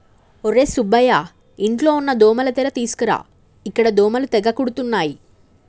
ఒర్రే సుబ్బయ్య ఇంట్లో ఉన్న దోమల తెర తీసుకురా ఇక్కడ దోమలు తెగ కుడుతున్నాయి